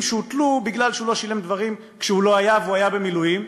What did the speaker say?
שהוטלו בגלל שהוא לא שילם דברים כשהוא לא היה והיה במילואים.